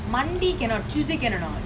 monday cannot tuesday can or not